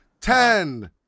ten